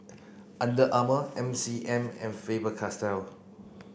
Under Armour M C M and Faber Castell